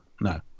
no